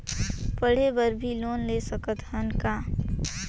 पढ़े बर भी लोन ले सकत हन का?